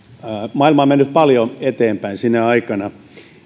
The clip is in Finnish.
maailma on mennyt paljon eteenpäin sinä aikana